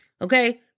Okay